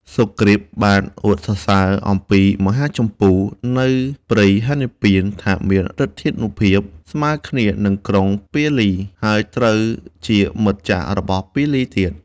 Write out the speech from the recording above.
សុគ្រីពបានអួតសរសើរអំពី មហាជម្ពូ នៅព្រៃហេមពាន្តថាមានឫទ្ធានុភាពស្មើគ្នា នឹងក្រុងពាលី ហើយត្រូវជាមិត្តចាស់របស់ពាលីទៀត។